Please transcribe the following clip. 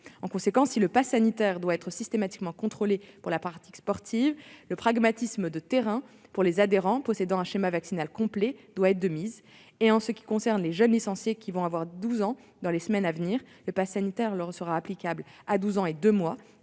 En conséquence, si le passe sanitaire doit être systématiquement contrôlé pour la pratique sportive, le pragmatisme de terrain pour les adhérents possédant un schéma vaccinal complet doit être de mise. En ce qui concerne les jeunes licenciés qui auront 12 ans dans les semaines à venir, le passe sanitaire leur sera applicable à 12 ans et 2 mois